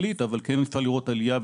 אנחנו לא מצליחים לראות עלייה ברמה הכללית,